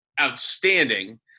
outstanding